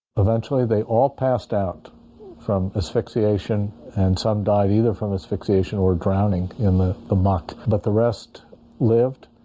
eventually they all passed out from asphyxiation and some died either from asphyxiation or drowning in the the muck, but the rest lived.